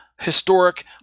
historic